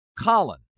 Colin